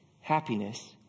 happiness